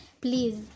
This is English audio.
Please